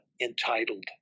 entitled